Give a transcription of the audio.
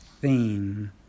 theme